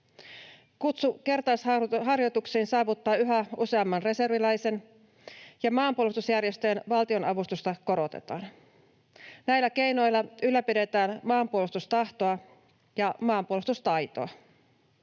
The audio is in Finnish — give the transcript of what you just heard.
Kutsu kertausharjoituksiin saavuttaa yhä useamman reserviläisen, ja maanpuolustusjärjestöjen valtionavustusta korotetaan. Näillä keinoilla ylläpidetään maanpuolustustahtoa ja maanpuolustustaitoa.